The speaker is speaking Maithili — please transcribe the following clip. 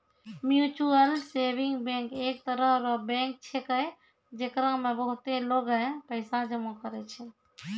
म्यूचुअल सेविंग बैंक एक तरह रो बैंक छैकै, जेकरा मे बहुते लोगें पैसा जमा करै छै